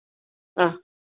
ആ